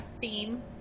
theme